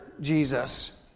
Jesus